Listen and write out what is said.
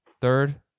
Third